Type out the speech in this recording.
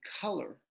color